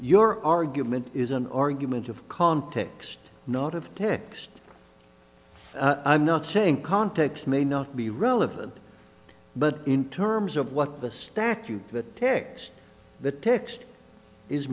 your argument is an argument of context not of text i'm not saying context may not be relevant but in terms of what the statute that text the text is